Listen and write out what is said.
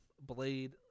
Blade